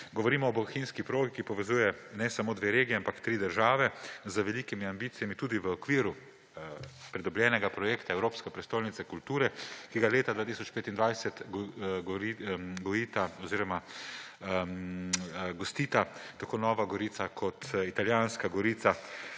govorimo o bohinjski progi, ki povezuje ne samo dve regiji, ampak tri države z velikimi ambicijami tudi v okviru pridobljenega projekta Evropska prestolnica kulture, ki ga leta 2025 gojita oziroma gostita tako Nova Gorica kot italijanska Gorica.